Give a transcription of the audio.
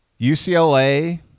UCLA